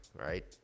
right